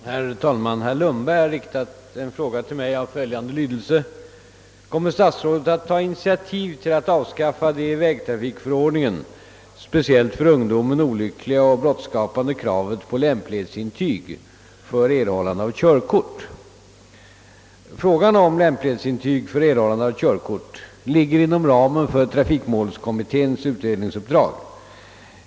Herr talman! Herr Lundberg har till mig riktat en fråga av följande lydelse: »Kommer statsrådet att taga initiativ till att avskaffa det i vägtrafikförordningen, speciellt för ungdomen olyckliga och brottsskapande kravet på lämplighetsintyg för erhållande av körkort?» Frågan om lämplighetsintyg för erhållande av körkort ligger inom ramen för trafikmålskommitténs utredningsuppdrag.